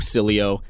Cilio